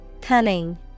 cunning